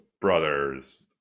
brothers